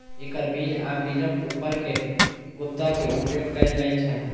एकर बीज आ बीजक ऊपर के गुद्दा के उपयोग कैल जाइ छै